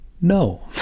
no